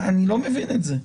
אני לא מבין את זה.